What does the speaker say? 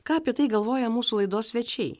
ką apie tai galvoja mūsų laidos svečiai